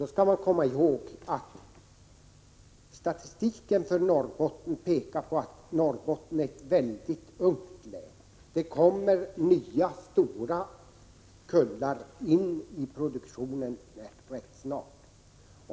Då skall man komma ihåg att statistiken för Norrbotten pekar på att Norrbotten är ett mycket ungt län. Rätt snart kommer nya kullar in i produktionen.